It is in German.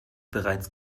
bereits